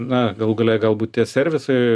na galų gale galbūt tie servisai